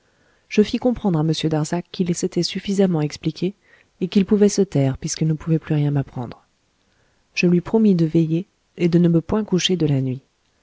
je fis comprendre à m darzac qu'il s'était suffisamment expliqué et qu'il pouvait se taire puisqu'il ne pouvait plus rien m'apprendre je lui promis de veiller et de ne point me coucher de la nuit